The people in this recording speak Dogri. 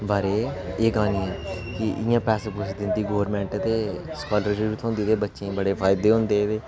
बारे एह् क्हानी ऐ कि इ'यां पैसा दिंदी गवर्नमेंट ते स्कालरशिप थ्होंदी ते बच्चे गी बडे़ फायदे होंदे एह्दे